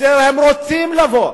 והם רוצים לבוא.